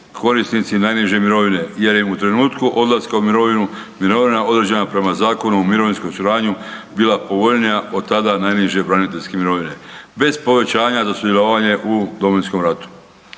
korisnici najniže mirovine jer im u trenutku odlaska u mirovinu mirovina određena prema Zakonu o mirovinskom osiguranju bila povoljnija od tada najniže braniteljske mirovine bez povećanja za sudjelovanje u Domovinskom ratu,